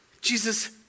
Jesus